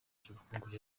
ry’ubukungu